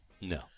No